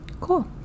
Cool